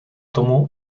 tomu